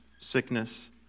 sickness